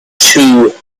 two